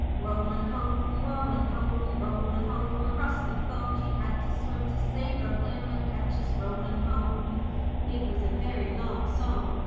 rollin' home, rollin' home, rollin' home across the foam, she had to swim to save her glim and catch us rollin' home it was a very long song,